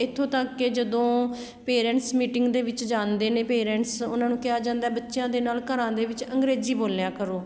ਇਥੋਂ ਤੱਕ ਕਿ ਜਦੋਂ ਪੇਰੈਂਟਸ ਮੀਟਿੰਗ ਦੇ ਵਿੱਚ ਜਾਂਦੇ ਨੇ ਪੇਰੈਂਟਸ ਉਹਨਾਂ ਨੂੰ ਕਿਹਾ ਜਾਂਦਾ ਬੱਚਿਆਂ ਦੇ ਨਾਲ ਘਰਾਂ ਦੇ ਵਿੱਚ ਅੰਗਰੇਜ਼ੀ ਬੋਲਿਆ ਕਰੋ